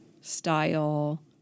style